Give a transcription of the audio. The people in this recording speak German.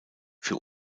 für